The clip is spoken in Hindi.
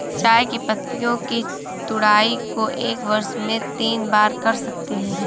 चाय की पत्तियों की तुड़ाई को एक वर्ष में तीन बार कर सकते है